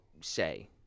say